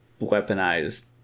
weaponized